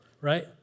Right